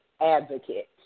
advocate